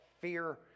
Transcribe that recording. fear